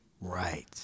Right